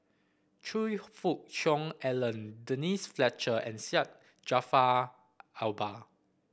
Choe Fook Cheong Alan Denise Fletcher and Syed Jaafar Albar